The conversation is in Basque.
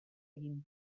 egin